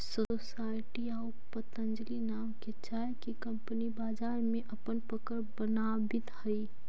society आउ पतंजलि नाम के चाय के कंपनी बाजार में अपन पकड़ बनावित हइ